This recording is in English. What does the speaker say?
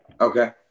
okay